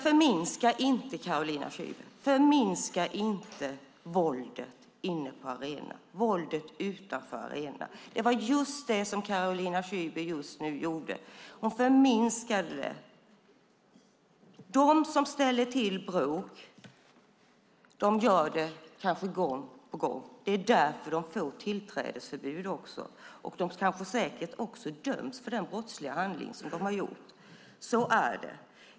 Förminska inte våldet inne på arenorna och utanför dem, Carolina Szyber! Det var just det Carolina Szyber nu gjorde - hon förminskade det. De som ställer till bråk gör det kanske gång på gång. Det är därför de får tillträdesförbud. De kanske också döms för den brottsliga handling de har gjort. Så är det.